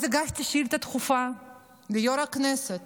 אז הגשתי שאילתה דחופה ליו"ר הכנסת,